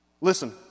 Listen